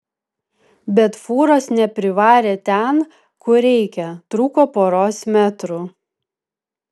bet fūros neprivarė ten kur reikia trūko poros metrų